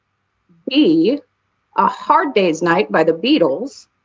a ah hard day's night by the beatles.